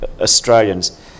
Australians